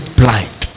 blind